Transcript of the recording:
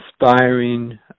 inspiring